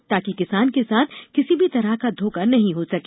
ताकि किसान के साथ किसी भी तरह का धोखा नहीं हो सके